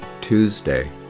Tuesday